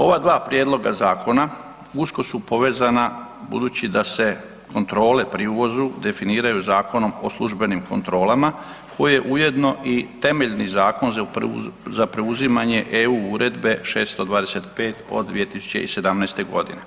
Ova dva prijedloga zakona usko su povezana budući da se kontrole pri uvozu definiraju Zakonom o službenim kontrolama koji je ujedno i temeljni zakon za preuzimanje EU Uredbe 625 od 2017.g.